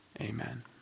amen